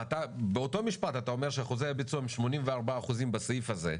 ובאותו משפט אתה אומר שאחוזי הביצוע הם 84% בסעיף הזה,